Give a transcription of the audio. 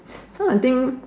so I think